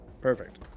Perfect